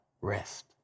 rest